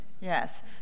Yes